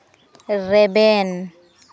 ᱨᱮᱵᱮᱱ